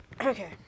okay